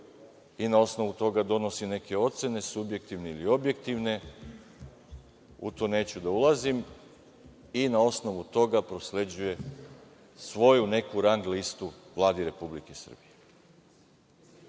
i na osnovu toga donosi neke ocene, subjektivne ili objektivne, u to neću da ulazim, i na osnovu toga prosleđuje svoju neku rang listu Vladi Republike Srbije. Kao